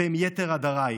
והם יתר עדרייך?